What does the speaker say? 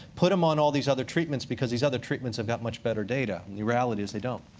put them on all these other treatments, because these other treatments have got much better data. the reality is, they don't.